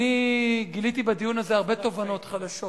אני גיליתי בדיון הזה הרבה תובנות חדשות,